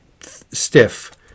stiff